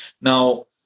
Now